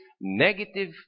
Negative